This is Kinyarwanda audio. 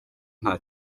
nta